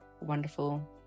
wonderful